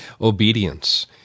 obedience